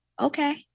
okay